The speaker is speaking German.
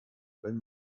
wenn